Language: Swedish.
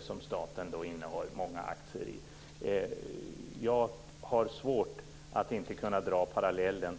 som staten innehar många aktier i? Jag har svårt att inte dra den parallellen.